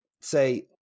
say